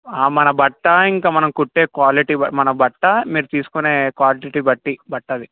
మన బట్ట ఇంకా మనం కుట్టే క్వాలిటీ బట్టి మన బట్ట మీరు తీసుకునే క్వాంటిటీ బట్టి బట్టది